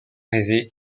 rêvé